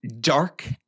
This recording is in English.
dark